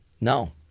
No